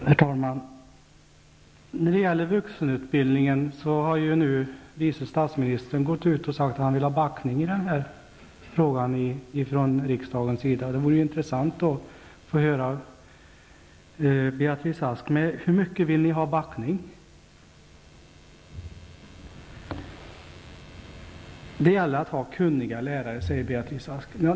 Herr talman! Vice statsministern har ju nu gått ut och sagt att han vill ha backning från riksdagens sida i fråga om vuxenutbildningen. Det vore intressant att av Beatrice Ask få höra, med hur mycket man vill ha backning. Det gäller att ha kunniga lärare, säger Beatrice Ask.